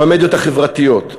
במדיות החברתיות,